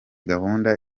gahunda